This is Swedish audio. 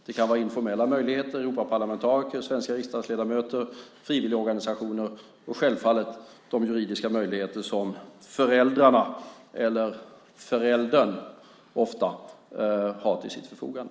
Det kan vara informella möjligheter - Europaparlamentariker, svenska riksdagsledamöter och frivilligorganisationer - och självfallet de juridiska möjligheter som föräldrarna eller föräldern ofta har till sitt förfogande.